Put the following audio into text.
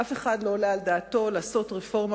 אף אחד לא עולה על דעתו לעשות רפורמה